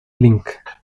link